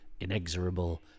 inexorable